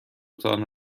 تان